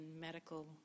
medical